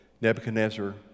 Nebuchadnezzar